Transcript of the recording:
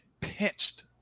pinched